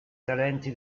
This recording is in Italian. talenti